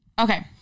Okay